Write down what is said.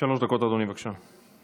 שלוש דקות, אדוני, בבקשה.